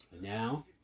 Now